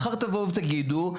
מחר תבואו ותגידו: